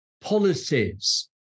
policies